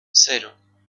cero